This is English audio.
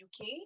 UK